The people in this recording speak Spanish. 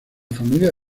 familia